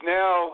now